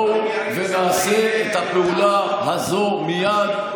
זה לא יעזור לכם.